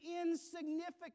insignificant